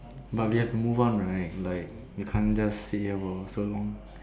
but we have to move on right like we can't just sit here for so long